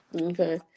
Okay